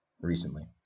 recently